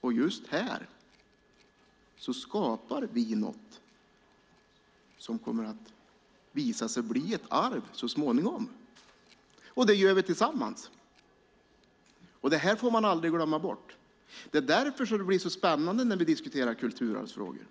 och just här skapar något som kommer att visa sig bli ett arv så småningom. Det gör vi tillsammans. Det får man inte glömma. Det är därför det är så spännande att diskutera kulturarvsfrågor.